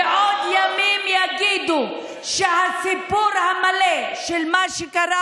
ועוד ימים יגידו שהסיפור המלא של מה שקרה